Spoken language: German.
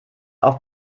auf